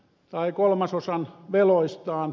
tai kolmasosan veloistaan